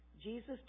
Jesus